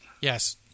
Yes